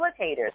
facilitators